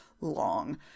long